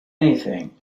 anything